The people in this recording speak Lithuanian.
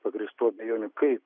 pagrįstų abejonių kaip